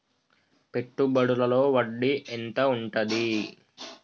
పెట్టుబడుల లో వడ్డీ ఎంత ఉంటది?